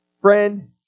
friend